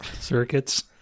circuits